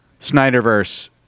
Snyderverse